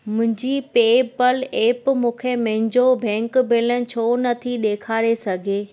मुंहिंजी PayPal app मूंखे मुंहिंजो बैंक बैलेंस छो नथी ॾेखारे सघे